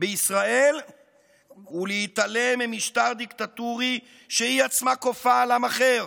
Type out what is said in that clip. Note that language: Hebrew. בישראל ולהתעלם ממשטר דיקטטורי שהיא עצמה כופה על עם אחר?